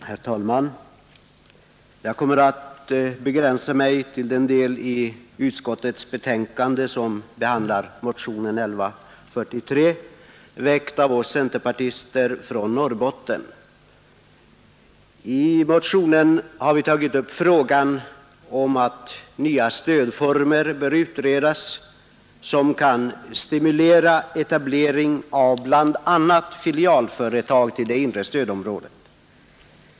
Herr talman! Jag kommer att begränsa mig till den del av utskottets betänkande som behandlar motion 1143, väckt av oss centerpartister från Norrbotten. I motionen har vi tagit upp frågan om att nya stödformer bör utredas som kan stimulera etablering av bl.a. filialföretag i det inre stödområdet.